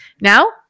Now